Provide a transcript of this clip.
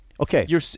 Okay